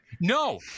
no